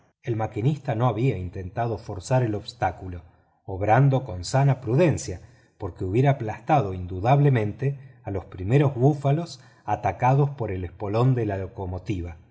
el maquinista no había intentado forzar el obstáculo obrando con sana prudencia porque hubiera aplastado indudablemente a los primeros búfalos atacados por el espolón de la locomotora